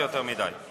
זה יותר מדי.